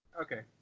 Okay